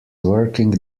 working